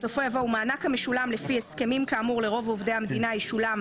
בסופו יבוא "ומענק המשולם לפי הסכמים כאמור לרוב עובדי המדינה ישולם,